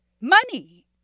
Money